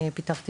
פיתחתי